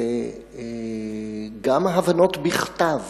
שגם הבנות בכתב